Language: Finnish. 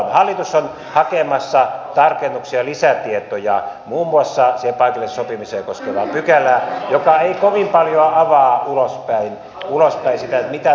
hallitus on hakemassa tarkennuksia ja lisätietoja muun muassa paikallista sopimista koskevaan pykälään joka ei kovin paljoa avaa ulospäin sitä mitä täsmälleen tehdään